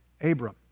Abram